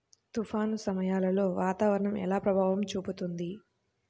తుఫాను సమయాలలో వాతావరణం ఎలా ప్రభావం చూపుతుంది?